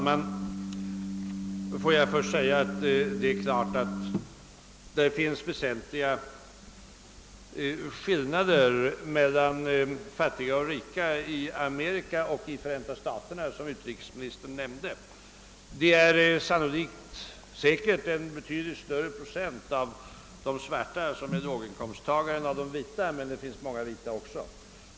Herr talman! Det är klart att det finns väsentliga skillnader mellan fattiga och rika i Amerika och i Förenta staterna, såsom utrikesministern nämnde. Säkerligen är det en betydligt större procentandel låginkomsttagare bland de svarta än bland de vita, men det finns många också bland de vita.